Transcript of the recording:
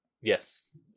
yes